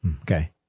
Okay